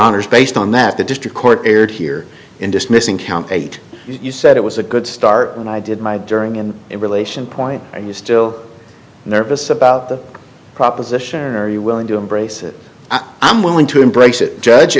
honor is based on that the district court erred here in dismissing count eight you said it was a good start and i did my during and in relation point you're still nervous about the proposition are you willing to embrace it i'm willing to embrace it judg